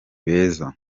beza